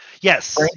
Yes